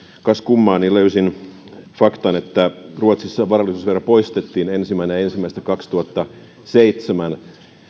kas kummaa löysin faktan että ruotsissa varallisuusvero poistettiin ensimmäinen ensimmäistä kaksituhattaseitsemän